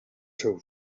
seu